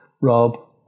Rob